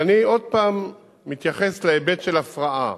אבל אני עוד הפעם מתייחס להיבט של הפרעה,